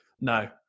No